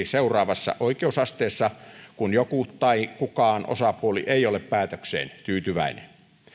seuraavassa oikeusasteessa kun joku tai kukaan osapuoli ei ole päätökseen tyytyväinen